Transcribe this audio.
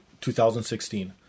2016